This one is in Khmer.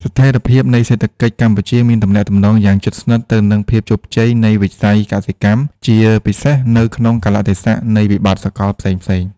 ស្ថិរភាពនៃសេដ្ឋកិច្ចកម្ពុជាមានទំនាក់ទំនងយ៉ាងជិតស្និទ្ធទៅនឹងភាពជោគជ័យនៃវិស័យកសិកម្ម ជាពិសេសនៅក្នុងកាលៈទេសៈនៃវិបត្តិសកលផ្សេងៗ។